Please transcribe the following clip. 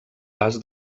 pas